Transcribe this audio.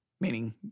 meaning